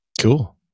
Cool